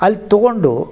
ಅಲ್ಲಿ ತಗೊಂಡು